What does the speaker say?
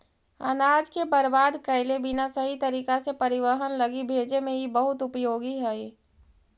अनाज के बर्बाद कैले बिना सही तरीका से परिवहन लगी भेजे में इ बहुत उपयोगी हई